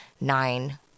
nine